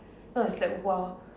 then I was like !wow!